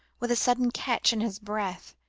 with a sudden catch in his breath,